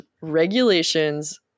regulations